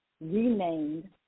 renamed